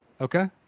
Okay